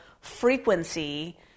frequency